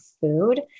food